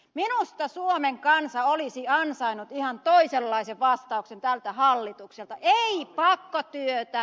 minusta suomen kansa olisi ansainnut ihan toisenlaisen vastauksen tältä hallitukselta